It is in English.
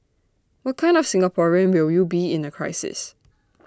what kind of Singaporean will would be in A crisis